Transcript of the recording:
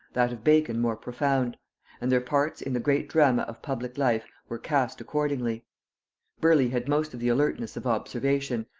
that of bacon more profound and their parts in the great drama of public life were cast accordingly burleigh had most of the alertness of observation,